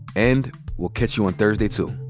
and we'll catch you on thursday, too